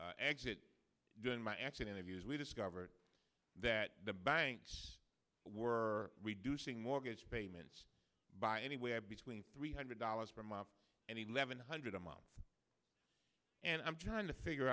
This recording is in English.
a exit during my exit interviews we discovered that the banks were reducing mortgage payments by anywhere between three hundred dollars per month and eleven hundred a month and i'm trying to figure